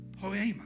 poema